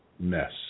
mess